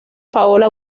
paola